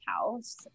house